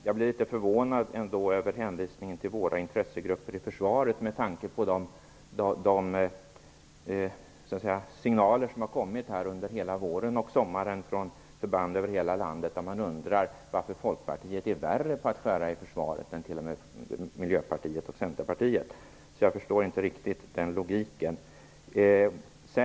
Jag blir litet förvånad över hänvisningen till våra intressegrupper i försvaret med tanke på de signaler som under hela våren och sommaren har kommit från förband över hela landet, där man undrar varför Folkpartiet är värre på att skära i försvaret än till och med Miljöpartiet och Centerpartiet. Jag förstår inte riktigt den logiken.